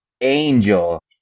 angel